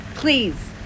Please